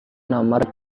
nomor